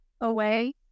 away